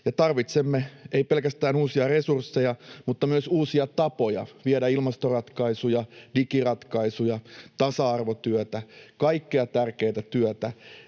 tarvitsemme ei pelkästään uusia resursseja mutta myös uusia tapoja viedä ilmastoratkaisuja, digiratkaisuja, tasa-arvotyötä, kaikkea tärkeää työtä